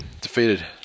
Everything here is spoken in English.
defeated